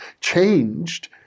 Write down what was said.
changed